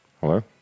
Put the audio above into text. Hello